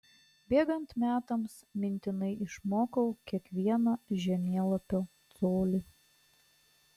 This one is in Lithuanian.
bėgant metams mintinai išmokau kiekvieną žemėlapio colį